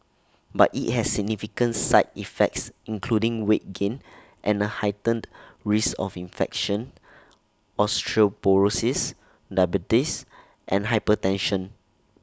but IT has significant side effects including weight gain and A heightened risk of infection osteoporosis diabetes and hypertension